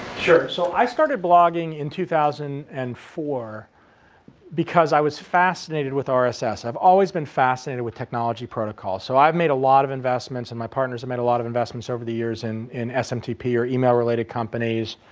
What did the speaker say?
sure. so, i started blogging in two thousand and four because i was fascinated with so rss. have always been fascinated with technology protocols. so, i have made a lot of investments and my partners have made a lot of investments over the years in in smtp or email-related companies,